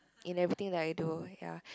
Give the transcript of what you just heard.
in everything that I do ya